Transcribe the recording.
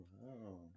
Wow